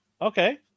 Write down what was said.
Okay